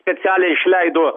specialiai išleido